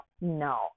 no